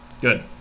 Good